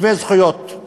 שווי זכויות,